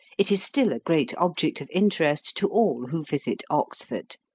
it is still a great object of interest to all who visit oxford.